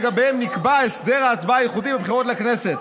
שלגביהם נקבע הסדר הצבעה ייחודי בבחירות לכנסת.